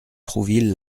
trouville